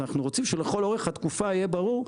אז אנחנו רוצים שלכל אורך התקופה יהיה ברור,